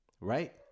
right